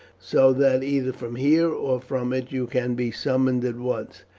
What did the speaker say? so that either from here or from it you can be summoned at once.